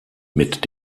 mit